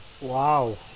Wow